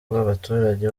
rw’abaturage